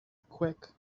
quick